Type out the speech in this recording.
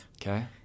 Okay